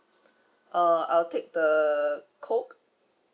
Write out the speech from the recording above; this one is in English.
uh I'll take the Coke